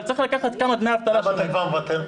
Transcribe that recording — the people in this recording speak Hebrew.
למה אתה כבר מוותר?